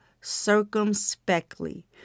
circumspectly